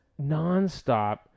nonstop